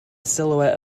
silhouette